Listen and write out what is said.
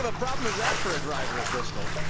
ah problem is that for a driver at bristol.